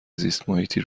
زیستمحیطی